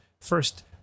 First